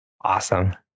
Awesome